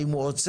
האם הוא עוצר?